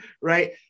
right